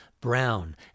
brown